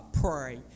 pray